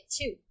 two